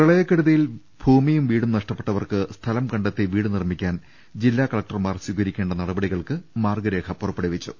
പ്രളയക്കെടുതിയിൽ ഭൂമിയും വീടും നഷ്ടപ്പെട്ടവർക്ക് സ്ഥലം കണ്ടെത്തി വീട് നിർമിക്കാൻ ജില്ലാകലക്ടർമാർ സ്വീകരിക്കേണ്ട നടപടികൾക്ക് മാർഗരേഖ പുറപ്പെടുവിച്ചു